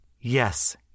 Yes